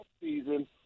season